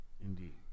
Indeed